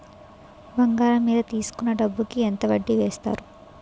బంగారం మీద తీసుకున్న డబ్బు కి ఎంత వడ్డీ వేస్తారు?